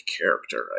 character